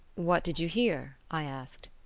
what did you hear i asked.